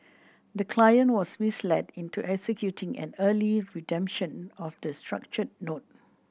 the client was misled into executing an early redemption of the structured note